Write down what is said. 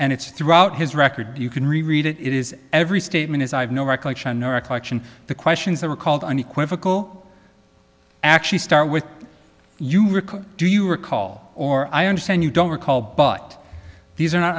and it's throughout his record you can read it is every statement is i have no recollection nor a correction the questions that were called unequivocal actually start with you record do you recall or i understand you don't recall but these are not